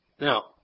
Now